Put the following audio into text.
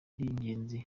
ingenzi